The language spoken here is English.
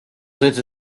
into